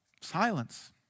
Silence